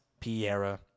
Piera